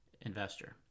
investor